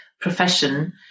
profession